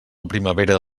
primavera